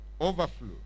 overflow